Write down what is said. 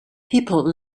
people